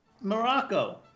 Morocco